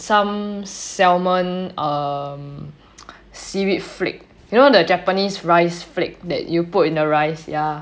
some salmon um seaweed flake you know the japanese rice flake that you put in the rice ya